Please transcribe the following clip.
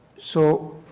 so